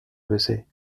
bessée